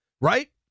Right